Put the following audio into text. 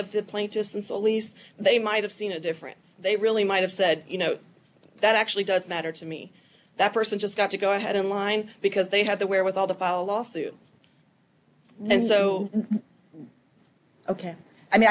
of the plaintiffs is a least they might have seen a difference they really might have said you know that actually does matter to me that person just got to go ahead in line because they had the wherewithal to file a lawsuit and so ok i